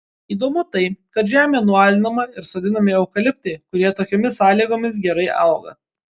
įdomu tai kad žemė nualinama ir sodinami eukaliptai kurie tokiomis sąlygomis gerai auga